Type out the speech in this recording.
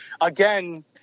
again